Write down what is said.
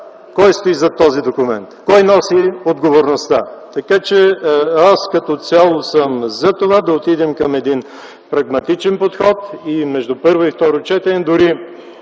кой стои зад този документ, кой носи отговорността?! Аз като цяло съм за това да отидем към един прагматичен подход, а между първо и второ четене можем